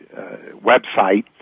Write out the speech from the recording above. website